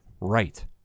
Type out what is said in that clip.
Right